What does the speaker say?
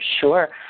Sure